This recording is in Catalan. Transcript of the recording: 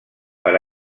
per